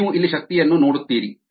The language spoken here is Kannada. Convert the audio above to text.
ನೀವು ಇಲ್ಲಿ ಶಕ್ತಿಯನ್ನು ನೋಡುತ್ತೀರಿ